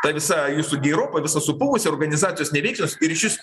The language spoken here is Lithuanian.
ta visa jūsų gejropa visa supuvusi organizacijos neveiksnios ir išvis